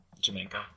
Jamaica